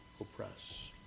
oppress